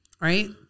right